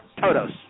Todos